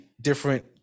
different